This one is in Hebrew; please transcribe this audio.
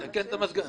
למטרה אחרת.